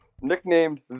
Nicknamed